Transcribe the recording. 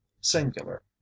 singular